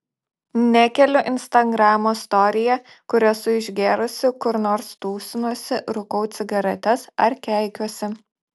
nekeliu instagramo storyje kur esu išgėrusi kur nors tūsinuosi rūkau cigaretes ar keikiuosi